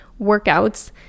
workouts